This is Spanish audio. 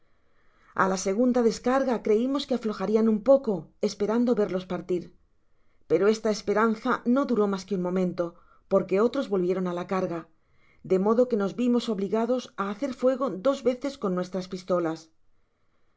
a la segunda descarga creimos que aflojarian un poco esperando verlos partir pero esta esperanza no duró mas que un momento porque otros volvieron á la carga de modo que nos vimos obliga des á hacer fuego dos veces con nuestras pistolas